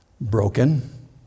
broken